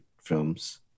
films